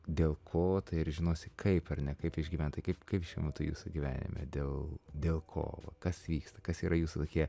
dėl ko tai ir žinosi kaip ar ne kaip išgyvent tai kaip kaip šiuo metu jūsų gyvenime dėl dėl ko kas vyksta kas yra jūsų tokie